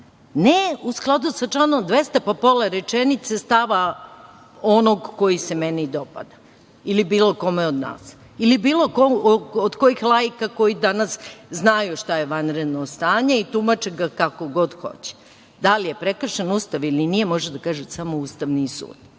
Ne u skladu sa članom. 200, pa pola rečenice stava onog koji se meni dopada ili bilo kome od nas ili bilo od kojih laika koji danas znaju šta je vanredno stanje i tumače ga kako god hoće. Da li je prekršen Ustav ili nije može da kaže Ustavni sud.